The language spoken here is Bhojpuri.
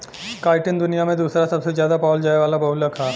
काइटिन दुनिया में दूसरा सबसे ज्यादा पावल जाये वाला बहुलक ह